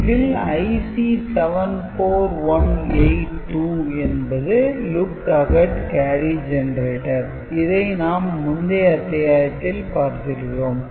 இதில் IC 74182 என்பது 'look ahead carry generator' இதை நாம் முந்தைய அத்தியாத்தில் பார்த்திருக்கிறோம்